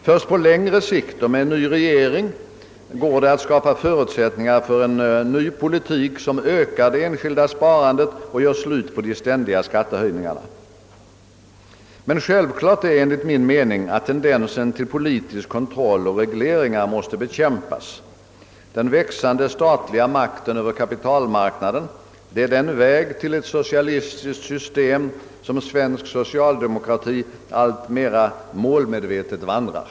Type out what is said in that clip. Först på längre sikt, och med en ny regering, går det att skapa förutsättningar för en ny politik som ökar det enskilda sparandet och gör slut på de ständiga skattehöjningarna, men självklart är enligt min mening att tendensen till politisk kontroll och regleringar måste bekämpas. Den växande statliga makten över kapitalmarknaden är den väg till ett socialistiskt system som svensk socialdemokrati alltmer målmedvetet vandrar.